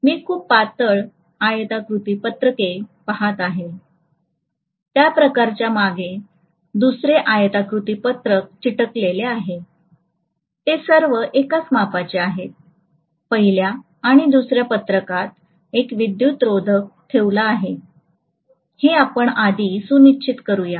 मी खूप पातळ आयताकृती पत्रके पहात आहे त्या प्रत्येकाच्या मागे दुसरे आयताकृती पत्रक चिकटलेले आहे ते सर्व एकाच मापाचे आहेत पहिल्या आणि दुसऱ्या पत्रकात एक विद्युतरोधक ठेवला आहे हे आपण आधी सुनिश्चित करूया